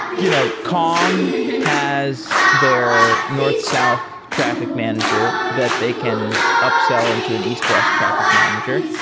you know kong has their north-south traffic manager that they can upsell into an east-west traffic manager.